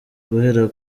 guhera